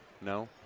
No